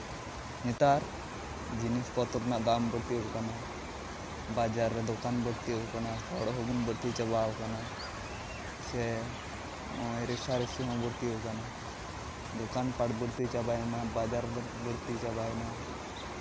ᱱᱮᱛᱟᱨ ᱡᱤᱱᱤᱥ ᱯᱚᱛᱨᱚ ᱨᱮᱭᱟᱜ ᱫᱟᱢ ᱵᱟᱹᱲᱛᱤᱭ ᱠᱟᱱᱟ ᱵᱟᱡᱟᱨ ᱨᱮ ᱫᱳᱠᱟᱱ ᱵᱟᱹᱲᱛᱤᱭ ᱠᱟᱱᱟ ᱦᱚᱲ ᱦᱚᱸᱵᱚᱱ ᱵᱟᱹᱲᱛᱤ ᱪᱟᱵᱟᱣ ᱠᱟᱱᱟ ᱥᱮ ᱱᱚᱜᱼᱚᱭ ᱨᱮᱥᱟᱨᱮᱥᱤ ᱦᱚᱸ ᱵᱟᱹᱲᱛᱤᱭ ᱠᱟᱱᱟ ᱫᱳᱠᱟᱱ ᱯᱟᱴ ᱵᱟᱹᱲᱛᱤ ᱪᱟᱵᱟᱭᱮᱱᱟ ᱵᱟᱡᱟᱨ ᱫᱚ ᱵᱟᱹᱲᱛᱤ ᱪᱟᱵᱟᱭᱮᱱᱟ